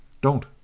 Don't